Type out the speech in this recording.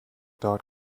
dot